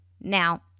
Now